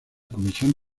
comisión